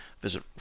Visit